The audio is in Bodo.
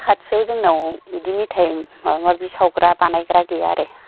खाथियाव जोंनाव बिदि मिथाय माबा माबि सावग्रा बानायग्रा गैया आरो